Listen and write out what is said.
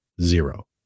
zero